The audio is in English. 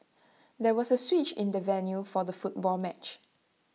there was A switch in the venue for the football match